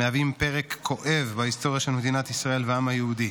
מהווים פרק כואב בהיסטוריה של מדינת ישראל והעם היהודי.